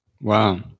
Wow